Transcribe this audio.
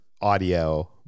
audio